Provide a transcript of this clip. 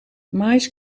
maïs